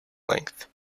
length